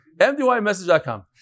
MDYMessage.com